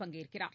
பங்கேற்கிறார்